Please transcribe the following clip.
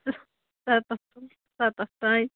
سَتَتھ تام